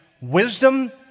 wisdom